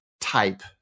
type